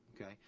Okay